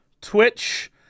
Twitch